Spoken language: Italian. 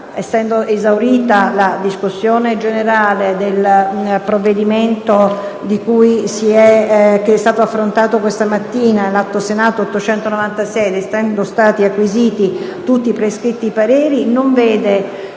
essendo esaurita la discussione generale del provvedimento affrontato questa mattina, l'atto Senato n. 896 ed essendo stati acquisiti tutti i prescritti pareri, non vede